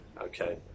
okay